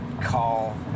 call